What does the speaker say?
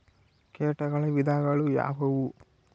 ಕೇಟಗಳ ವಿಧಗಳು ಯಾವುವು?